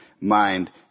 mind